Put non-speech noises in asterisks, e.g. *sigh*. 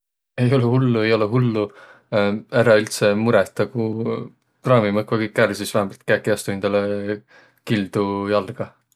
Ei olõq hullu, ei olõq hullu! *hesitation* Äräq üldse murõhtaguq! Kraamimiq õkva kõik ärq, sis vähämbält kiäki ei astuq hindäle kildu jalga!